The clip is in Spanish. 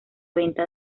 venta